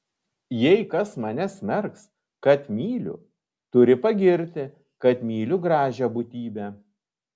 jei kas mane smerks kad myliu turi pagirti kad myliu gražią būtybę